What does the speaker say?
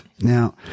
Now